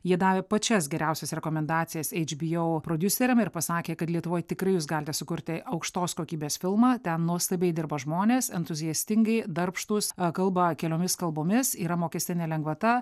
jie davė pačias geriausias rekomendacijas eičbieu prodiuseriam ir pasakė kad lietuvoje tikrai jūs galite sukurti aukštos kokybės filmą ten nuostabiai dirba žmonės entuziastingai darbštūs kalba keliomis kalbomis yra mokestinė lengvata